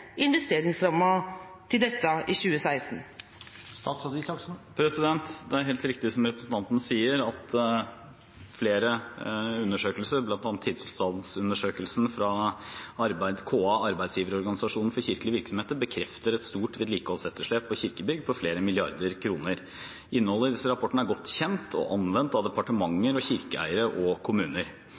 til dette i 2016? Det er helt riktig som representanten sier, at flere undersøkelser, bl.a. tilstandsundersøkelsen fra KA – Arbeidsgiverorganisasjonen for kirkelige virksomheter, bekrefter et stort vedlikeholdsetterslep på kirkebygg på flere milliarder kroner. Innholdet i disse rapportene er godt kjent og anvendt av departementer, kirkeeiere og kommuner.